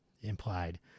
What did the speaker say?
implied